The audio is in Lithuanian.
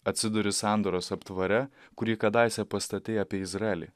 atsiduri sandoros aptvare kurį kadaise pastatei apie izraelį